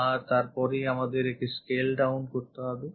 আর তারপরই আমাদের একে scale down করতে হবে